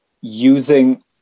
using